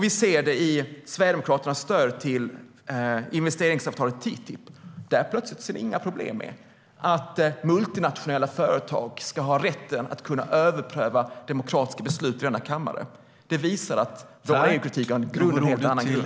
Vi ser det också i Sverigedemokraternas stöd till investeringsavtalet TTIP. De ser inga problem med att multinationella företag ska ha rätt att överpröva demokratiska beslut fattade i denna kammare. Det visar att vår EU-kritik har en helt annan grund.